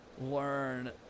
learn